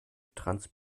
trans